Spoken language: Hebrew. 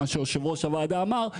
מה שיושב ראש הוועדה אמר.